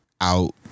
out